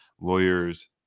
lawyers